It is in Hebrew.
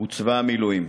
הוא צבא המילואים.